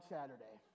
Saturday